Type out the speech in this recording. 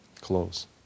close